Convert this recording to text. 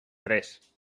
tres